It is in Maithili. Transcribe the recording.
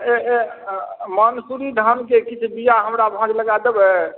मंसूरी धानके की बीया हमरा भाँज लगा देबै